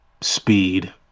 speed